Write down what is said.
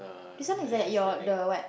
this one is at your the what